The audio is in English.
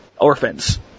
orphans